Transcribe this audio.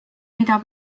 mida